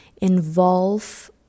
involve